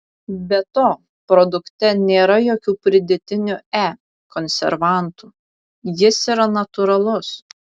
be to produkte nėra jokių pridėtinių e konservantų jis yra natūralus